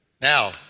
Now